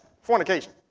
fornication